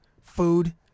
food